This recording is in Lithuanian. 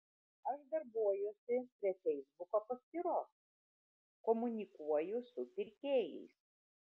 aš darbuojuosi prie feisbuko paskyros komunikuoju su pirkėjais